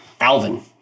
Alvin